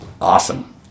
awesome